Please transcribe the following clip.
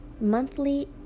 monthly